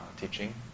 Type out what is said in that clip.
teaching